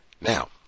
Now